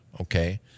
Okay